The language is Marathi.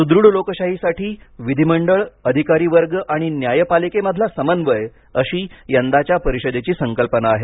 सुदृढ लोकशाहीसाठी विधिमंडळ अधिकारी वर्ग आणि न्यायापालिकेमधला समन्वय अशी यंदाच्या परिषदेची संकल्पना आहे